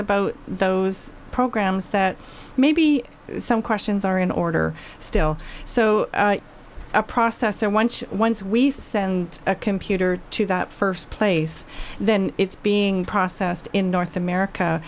about those programs that maybe some questions are in order still so a processor once once we send a computer to that first place then it's being processed in north america